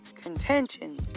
contention